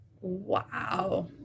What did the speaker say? Wow